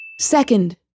Second